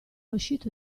uscito